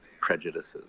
prejudices